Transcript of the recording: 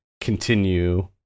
continue